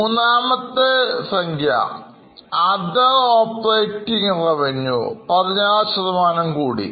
മൂന്നാമത്തെ സംഖ്യ other operating revenue 16 ശതമാനം കൂടി